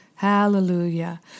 Hallelujah